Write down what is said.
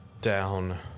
down